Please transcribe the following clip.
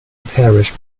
parish